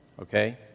Okay